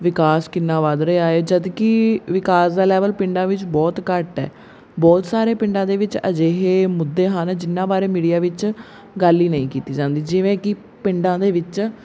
ਵਿਕਾਸ ਕਿੰਨਾ ਵਧ ਰਿਹਾ ਹੈ ਜਦੋਂ ਕਿ ਵਿਕਾਸ ਦਾ ਲੈਵਲ ਪਿੰਡਾਂ ਵਿੱਚ ਬਹੁਤ ਘੱਟ ਹੈ ਬਹੁਤ ਸਾਰੇ ਪਿੰਡਾਂ ਦੇ ਵਿੱਚ ਅਜਿਹੇ ਮੁੱਦੇ ਹਨ ਜਿਹਨਾਂ ਬਾਰੇ ਮੀਡੀਆ ਵਿੱਚ ਗੱਲ ਹੀ ਨਹੀਂ ਕੀਤੀ ਜਾਂਦੀ ਜਿਵੇਂ ਕਿ ਪਿੰਡਾਂ ਦੇ ਵਿੱਚ